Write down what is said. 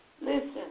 Listen